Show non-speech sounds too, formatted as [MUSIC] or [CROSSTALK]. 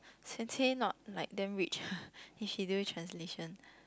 Sensei not like damn rich [LAUGHS] if she do translation